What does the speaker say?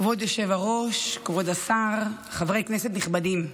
כבוד היושב-ראש, כבוד השר, חברי כנסת נכבדים,